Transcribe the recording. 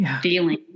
feeling